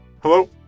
Hello